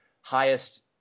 highest